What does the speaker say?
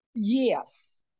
Yes